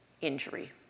injury